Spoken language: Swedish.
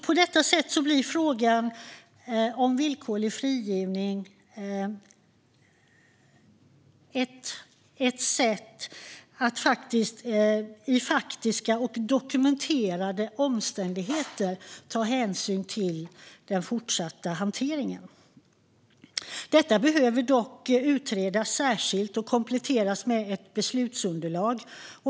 På detta sätt grundas frågan om villkorlig frigivning på faktiska och dokumenterade omständigheter att ta hänsyn till i den fortsatta hanteringen. Detta behöver dock utredas särskilt och kompletteras med ett beslutsunderlag.